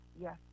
yes